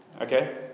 Okay